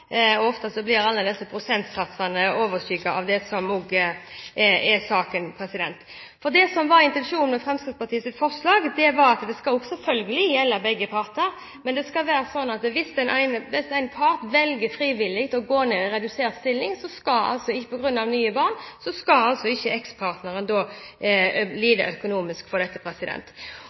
sak. Ofte overskygger disse prosentsatsene det som er saken. Intensjonen med Fremskrittspartiets forslag var at det selvfølgelig skal gjelde begge parter. Det skal være sånn at hvis en part frivillig velger å gå ned i redusert stilling på grunn av nye barn, skal ikke ekspartneren lide økonomisk for dette.